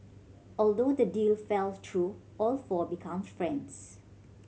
although the deal fell through all four become friends